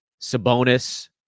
Sabonis